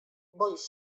boisz